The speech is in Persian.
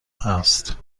است